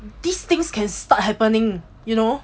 these things can start happening you know